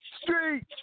Street